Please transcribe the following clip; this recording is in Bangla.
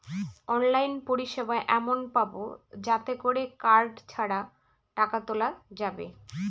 অনলাইন পরিষেবা এমন পাবো যাতে করে কার্ড ছাড়া টাকা তোলা যাবে